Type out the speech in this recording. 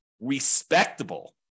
respectable